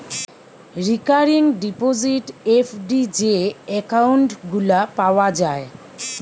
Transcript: recurring deposit, FD যে account গুলা পাওয়া যায়